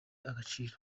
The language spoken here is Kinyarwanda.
agaciro